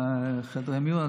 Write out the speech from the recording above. על חדרי מיון,